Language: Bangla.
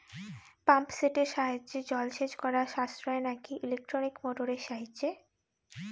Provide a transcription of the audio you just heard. পাম্প সেটের সাহায্যে জলসেচ করা সাশ্রয় নাকি ইলেকট্রনিক মোটরের সাহায্যে?